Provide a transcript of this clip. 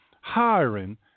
hiring